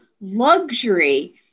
luxury